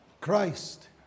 Christ